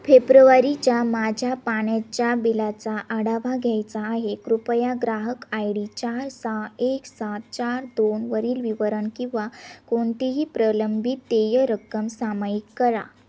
फेब्रुवारीच्या माझ्या पाण्याच्या बिलाचा आढावा घ्यायचा आहे कृपया ग्राहक आय डी चार सहा एक सात चार दोन वरील विवरण किंवा कोणतीही प्रलंबित देय रक्कम सामयिक करा